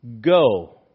Go